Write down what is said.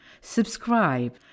Subscribe